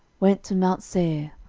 went to mount seir,